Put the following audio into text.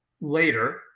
later